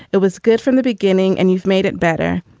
it was good from the beginning. and you've made it better.